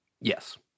Yes